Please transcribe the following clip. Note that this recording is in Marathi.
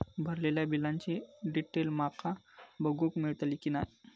भरलेल्या बिलाची डिटेल माका बघूक मेलटली की नाय?